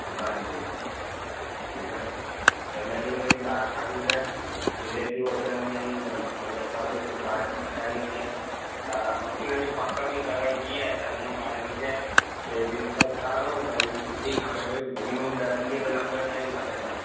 दुकान ते ॿी छाहे फैमिली में बि ॿाहिर खां बि छा रिलेटिव अचणु में इना इन मतिलबु सब हिकु भाउ जी सगाई बि आ त उनजो पक बि करणु जी आहे त उन बारे में छाहे कि डिस्कस करणो हुयो त छुट्टी खपे भई मिनीमम ॾह ॾींहं त लॻंदा ई लॻंदा